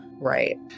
Right